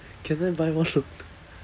can I buy one lontong